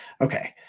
okay